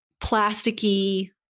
plasticky